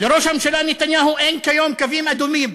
לראש הממשלה נתניהו אין כיום קווים אדומים,